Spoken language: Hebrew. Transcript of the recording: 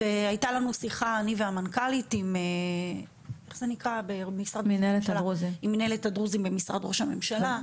הייתה לנו שיחה אני והמנכ"לית עם מינהלת הדרוזים במשרד ראש הממשלה.